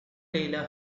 taylor